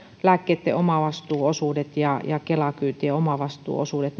lääkkeitten omavastuuosuudet ja ja kela kyydin omavastuuosuudet